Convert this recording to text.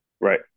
Right